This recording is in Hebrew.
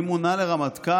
מי מונה לרמטכ"ל?